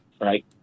right